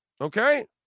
Okay